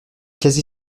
quasi